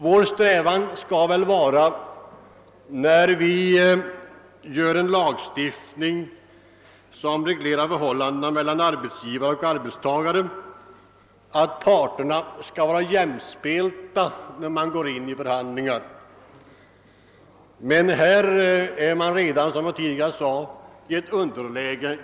Vår strävan skall väl vara, när vi nu åstadkommer en lagstiftning som reglerar förhållandena mellan arbetsgivare och arbetstagare på detta område, att se till att parterna är jämspelta då de går in i förhandlingar. Men här är arbetarparten redan från början i underläge.